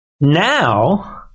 now